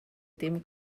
dim